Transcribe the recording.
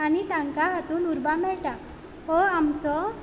आनी तांकां हांतूंत उर्बा मेळटा हो आमचो